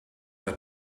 that